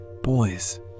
boys